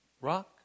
rock